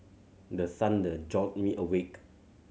the thunder jolt me awake